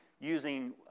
using